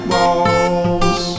Balls